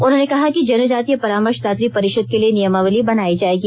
उन्होंने कहा कि जनजातीय परामर्शदात्री परिषद के लिए नियमावली बनाई जाएगी